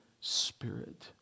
spirit